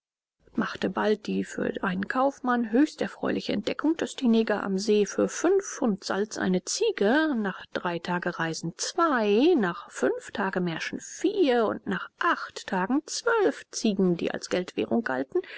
machte bald die für einen kaufmann höchst erfreuliche entdeckung daß die neger am see für fünf pfund salz eine ziege nach drei tagereisen zwei nach fünf tagemärschen vier und nach acht tagen zwölf ziegen die als geldwährung galten